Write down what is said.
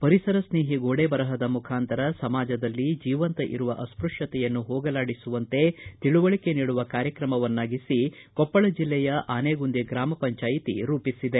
ಪರಿಸರ ಸ್ನೇಹಿ ಗೋಡೆಬರಪದ ಮುಖಾಂತರ ಸಮಾಜದಲ್ಲಿ ಜೀವಂತ ಇರುವ ಅಸ್ಪಷ್ಠತೆಯನ್ನು ಹೋಗಲಾಡಿಸುವಂತೆ ತಿಳವಳಿಕೆ ನೀಡುವ ಕಾರ್ಯಕ್ರಮವನ್ನಾಗಿಸಿ ಕೊಪ್ಪಳ ಜಿಲ್ಲೆಯ ಆನೆಗುಂದಿ ಗ್ರಾಮ ಪಂಚಾಯತಿ ರೂಪಿಸಿದೆ